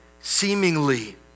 seemingly